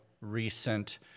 recent